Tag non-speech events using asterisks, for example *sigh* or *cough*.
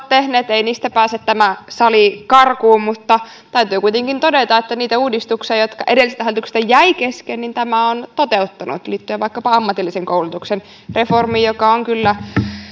*unintelligible* tehneet niitä ei pääse tämä sali karkuun täytyy kuitenkin todeta että niitä uudistuksia jotka edelliseltä hallitukselta jäi kesken tämä hallitus on toteuttanut liittyen vaikkapa ammatillisen koulutuksen reformiin joka on kyllä